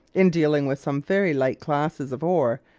in dealing with some very light classes of ore,